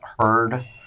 heard